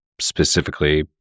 specifically